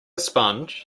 sponge